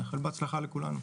נאחל בהצלחה לכולנו.